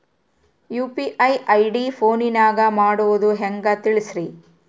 UPI ID ಫೋನಿನಾಗ ಮಾಡೋದು ಹೆಂಗ ತಿಳಿಸ್ರಿ?